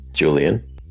Julian